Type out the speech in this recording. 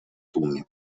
tłumie